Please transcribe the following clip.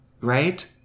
right